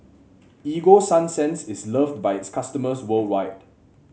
Ego Sunsense is loved by its customers worldwide